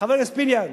חבר הכנסת פיניאן,